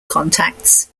contacts